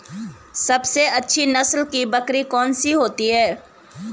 सबसे अच्छी नस्ल की बकरी कौन सी है?